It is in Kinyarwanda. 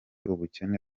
ubukene